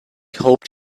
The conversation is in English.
hoped